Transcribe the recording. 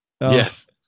Yes